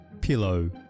pillow